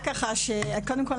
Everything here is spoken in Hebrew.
קודם כל,